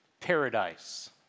paradise